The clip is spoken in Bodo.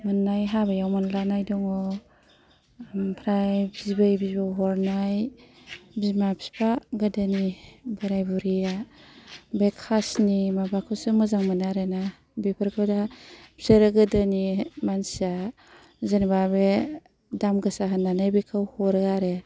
मोननाय हाबायाव मोनलानाय दङ ओमफ्राय बिबै बिबौ हरनाय बिमा बिफा गोदोनि बोराय बुरिया बे खासनि माबाखौसो मोजां मोनो आरो ना बेफोरखौ दा फिसोरो गोदोनि मानसिया जेन'बा बे दाम गोसा होननानै बेखौ हरो आरो